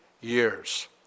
years